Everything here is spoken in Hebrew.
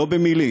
לא במילים,